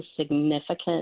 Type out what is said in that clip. significant